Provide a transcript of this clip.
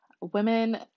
women